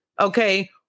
okay